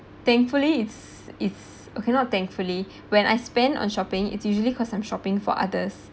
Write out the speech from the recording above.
thankfully it's it's okay not thankfully when I spend on shopping it's usually because I'm shopping for others